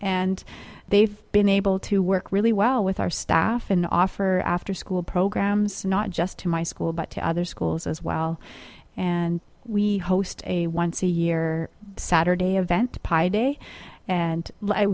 and they've been able to work really well with our staff and offer after school programs not just to my school but to other schools as well and we host a once a year saturday event